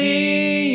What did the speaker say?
See